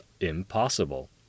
impossible